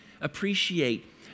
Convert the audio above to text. appreciate